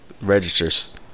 registers